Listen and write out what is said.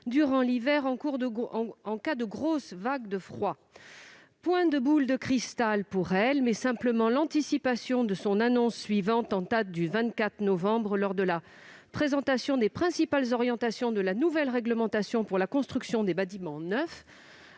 durant l'hiver en cas de grosse vague de froid. Elle ne possède pourtant pas de boule de cristal ... Elle anticipait simplement son annonce suivante en date du 24 novembre lors de la présentation des principales orientations de la nouvelle réglementation pour la construction des bâtiments neufs,